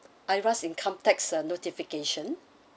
IRAS income tax uh notification